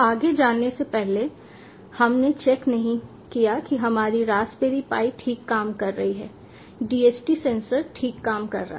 आगे जाने से पहले हमने चेक नहीं किया है कि हमारी रास्पबेरी पाई ठीक काम कर रही है DHT सेंसर ठीक काम कर रहा है